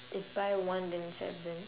if buy one then seven